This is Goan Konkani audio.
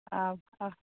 आं आं